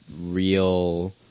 real